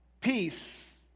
peace